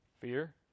Fear